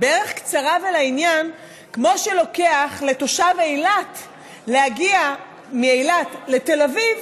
בערך קצרה ולעניין כמו שלוקח לתושב אילת להגיע מאילת לתל אביב